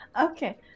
Okay